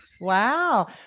Wow